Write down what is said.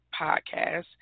podcast